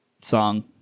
song